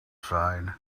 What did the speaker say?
side